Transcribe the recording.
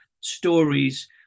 stories